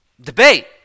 debate